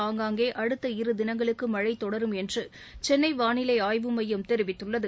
ஆங்காங்கே அடுத்த இருதினங்களுக்கு மழை தொடரும் என்று சென்னை வானிலை ஆய்வு மையம் தெரிவித்துள்ளது